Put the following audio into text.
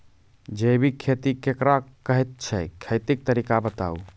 जैबिक खेती केकरा कहैत छै, खेतीक तरीका बताऊ?